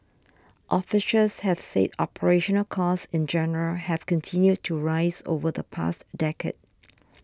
officials have said operational costs in general have continued to rise over the past decade